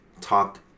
talk